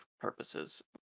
purposes